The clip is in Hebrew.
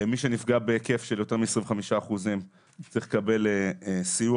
מי שנפגע מעל 25% צריך לקבל סיוע.